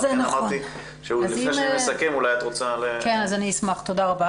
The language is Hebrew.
תודה רבה.